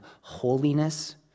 holiness